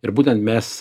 ir būten mes